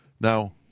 now